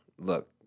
look